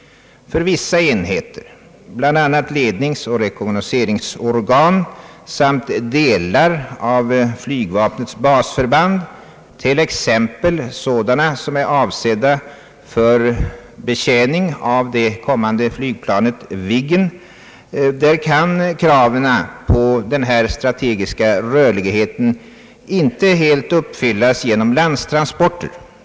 För vissa enheter, bl.a. ledningsoch rekognosceringsorgan samt delar av flygvapnets basförband, t.ex. sådana som är avsedda för betjäning av det kommande flygplanet Viggen, kan kraven på strategisk rörlighet inte uppfyllas i alla lägen genom transporter till lands.